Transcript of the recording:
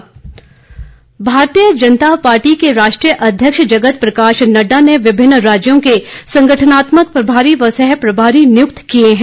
प्रमारी भारतीय जनता पार्टी के राष्ट्रीय अध्यक्ष जगत प्रकाश नडडा ने विभिन्न राज्यों के संगठनात्मक प्रभारी व सहप्रभारी नियुक्त किए हैं